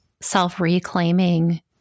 self-reclaiming